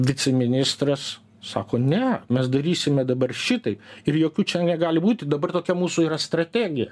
viceministras sako ne mes darysime dabar šitaip ir jokių čia negali būti dabar tokia mūsų yra strategija